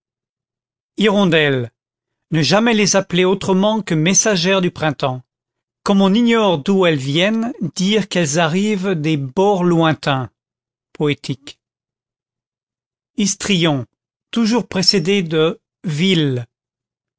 hirondelle ne jamais les appeler autrement que messagères du printemps comme on ignore d'où elles viennent dire qu'elles arrivent des bords lointains poétique histrion toujours précédé de vil